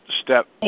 step